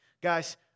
Guys